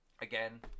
Again